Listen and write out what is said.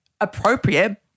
appropriate